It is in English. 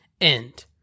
end